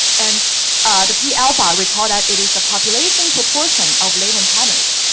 and the p alpha, recall that it is the population proportion of latent patterns.